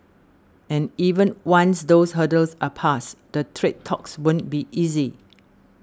and even once those hurdles are passed the trade talks won't be easy